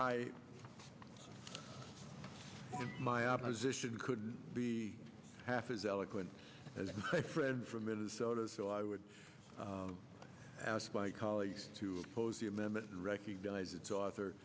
e my opposition could be half as eloquent as a friend from minnesota so i would ask my colleagues to oppose the amendment and recognize its author